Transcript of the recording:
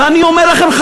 ואני אומר לכם,